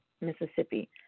Mississippi